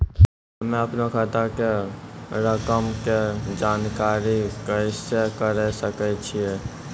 हम्मे अपनो खाता के रकम के जानकारी कैसे करे सकय छियै?